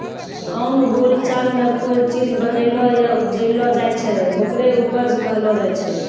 आम बोलचाल मॅ कोय चीज बनैलो या उपजैलो जाय छै, होकरे उपज कहलो जाय छै